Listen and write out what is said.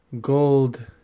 Gold